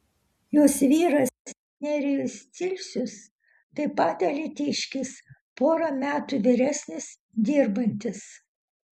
jos vyras nerijus cilcius taip pat alytiškis pora metų vyresnis dirbantis